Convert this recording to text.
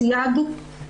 שיש בו סייג שמקנה